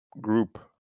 group